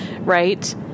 right